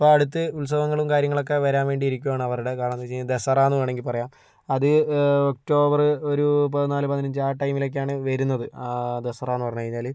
ഇപ്പോൾ അടുത്ത് ഉത്സവങ്ങളും കാര്യങ്ങളൊക്കെ വരാൻ വേണ്ടി ഇരിക്കുകയാണ് അവരുടെ കാരണെന്താ വെച്ച് കഴിഞ്ഞാൽ ദസറ എന്ന് വേണമെങ്കിൽ പറയാം അത് ഒക്ടോബർ ഒരു പതിനാല് പതിനഞ്ച് ആ ടൈമിലൊക്കെയാണ് വരുന്നത് ആ ദസറാന്നു പറഞ്ഞു കഴിഞ്ഞാല്